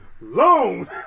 Loan